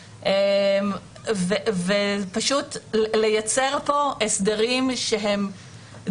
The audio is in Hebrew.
אבל בעצם כשעקרון העל שלנו הוא הסכמת האפוטרופוס ומתחתיו